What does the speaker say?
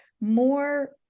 more